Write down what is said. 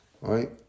right